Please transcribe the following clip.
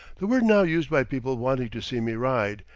the word now used by people wanting to see me ride,